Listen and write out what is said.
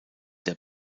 der